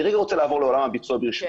ברשותכם, אני רוצה לעבור לעולם הביצוע.